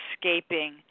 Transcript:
escaping